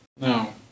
No